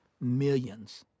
millions